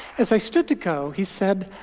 as i stood to go, he said,